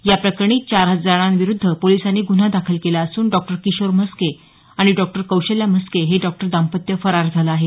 या प्रकरणी चार जणांविरुद्ध पोलिसांनी गुन्हा दाखल केला असून डॉक्टर किशोर म्हस्के आणि डॉक्टर कौशल्या म्हस्के हे डॉक्टर दांपत्य फरार झाले आहे